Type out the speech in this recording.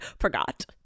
forgot